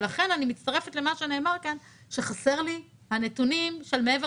לכן אני מצטרפת למה שנאמר כאן שחסרים לי הנתונים של מעבר